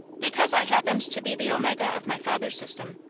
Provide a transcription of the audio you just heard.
because i happened to be the omega of my father's system,